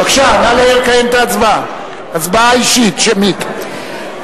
בבקשה, נא לקיים את ההצבעה, הצבעה אישית, שמית.